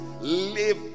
live